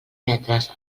metres